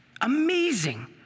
Amazing